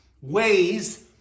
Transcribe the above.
ways